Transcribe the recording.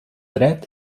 dret